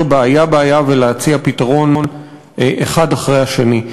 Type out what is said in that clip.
פה בעיה-בעיה ולהציע פתרון אחד אחרי השני.